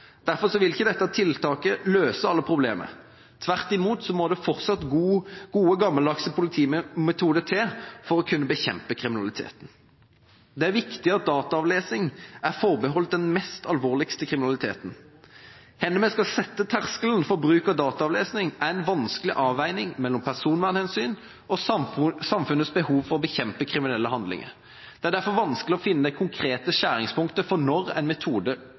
Derfor vil ikke dette tiltaket løse alle problemer – tvert imot må det fortsatt gode, gammeldagse politimetoder til for å kunne bekjempe kriminalitet. Det er viktig at dataavlesning blir forbeholdt den mest alvorlige kriminaliteten. Hvor vi skal sette terskelen for bruk av dataavlesning, er en vanskelig avveining mellom personvernhensyn og samfunnets behov for å bekjempe kriminelle handlinger. Det er derfor vanskelig å finne det konkrete skjæringspunktet for når en metode